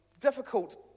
difficult